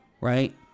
Right